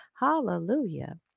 Hallelujah